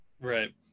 Right